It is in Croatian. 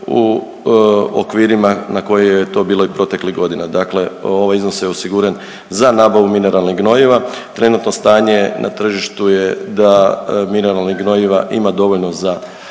u okvirima na koje je to bilo i proteklih godina, dakle ovaj iznos je osiguran za nabavu mineralnih gnojiva. Trenutno stanje na tržištu je da mineralnih gnojiva ima dovoljno za